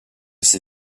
ses